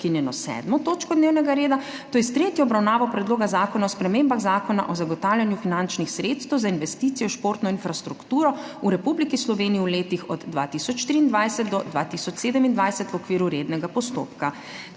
prekinjeno 7. točko dnevnega reda, to je s tretjo obravnavo Predloga zakona o spremembah Zakona o zagotavljanju finančnih sredstev za investicije v športno infrastrukturo v Republiki Sloveniji v letih od 2023 do 2027 v okviru rednega postopka.**